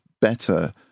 better